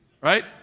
right